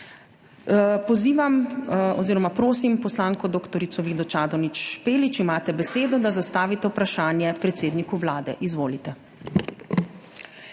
Svoboda. Prosim poslanko dr. Vido Čadonič Špelič, imate besedo, da zastavite vprašanje predsedniku Vlade. Izvolite.